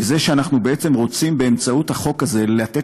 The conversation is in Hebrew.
וזה שאנחנו בעצם רוצים באמצעות החוק הזה לתת